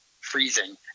freezing